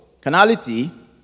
canality